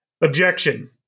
objection